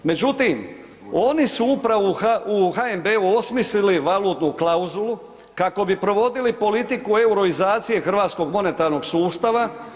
Međutim, oni su upravo u HNB-u osmislili valutnu klauzulu kako bi provodili politiku euroizacije hrvatskog monetarnog sustava.